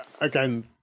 again